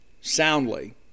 soundly